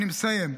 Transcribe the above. אני מסיים.